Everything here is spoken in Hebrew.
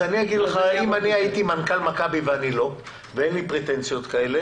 אם אני הייתי מנכ"ל מכבי ואני לא ואין לי יומרות כאלה